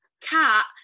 cat